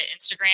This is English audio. Instagram